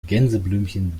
gänseblümchen